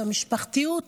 את המשפחתיות,